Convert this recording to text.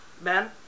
Ben